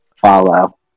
follow